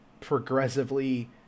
progressively